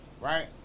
Right